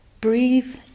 breathe